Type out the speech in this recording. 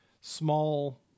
small